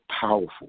powerful